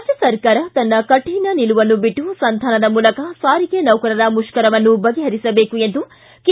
ರಾಜ್ಯ ಸರ್ಕಾರ ತನ್ನ ಕಠಿಣ ನಿಲುವನ್ನು ಬಿಟ್ಟು ಸಂಧಾನದ ಮೂಲಕ ಸಾರಿಗೆ ನೌಕರರ ಮುಷ್ಠರವನ್ನು ಬಗೆಹರಿಸಬೇಕು ಎಂದು ಕೆ